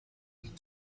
need